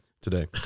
today